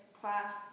class